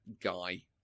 guy